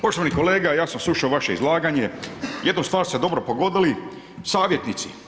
Poštovani kolega, ja sam slušao vaše izlaganje, jednu stvar ste dobro pogodili, savjetnici.